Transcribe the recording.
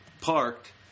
parked